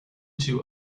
two